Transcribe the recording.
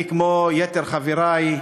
אני, כמו יתר חברי,